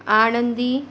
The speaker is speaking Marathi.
आनंदी